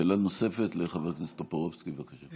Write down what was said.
שאלה נוספת לחבר הכנסת טופורובסקי, בבקשה.